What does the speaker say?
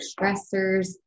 stressors